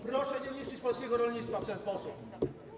Proszę nie niszczyć polskiego rolnictwa w ten sposób.